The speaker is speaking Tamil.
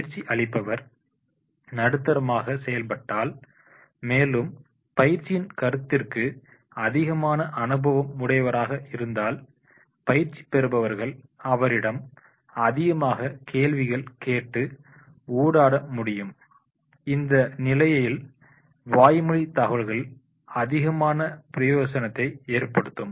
பயிற்சி அளிப்பவர் நடுத்தரமாக செயல்பட்டால் மேலும் பயிற்சியின் கருத்திருக்கு அதிகமான அனுபவம் உடையவராக இருந்தால் பயிற்சி பெறுபவர்கள் அவரிடம் அதிகமாக கேள்விகள் கேட்டு உரையாட முடியும் இந்த நிலைமையில் வாய்மொழி தகவல்கள் அதிகமான பிரயோசனத்தை ஏற்படுத்தும்